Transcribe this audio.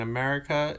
America